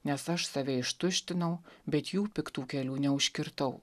nes aš save ištuštinau bet jų piktų kelių neužkirtau